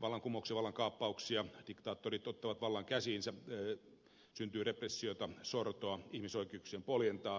vallankumouksia ja vallankaappauksia diktaattorit ottavat vallan käsiinsä syntyy repressiota sortoa ihmisoikeuksien poljentaa